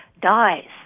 dies